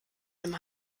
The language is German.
einem